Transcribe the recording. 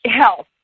health